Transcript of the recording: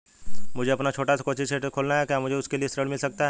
मुझे अपना छोटा सा कोचिंग सेंटर खोलना है क्या मुझे उसके लिए ऋण मिल सकता है?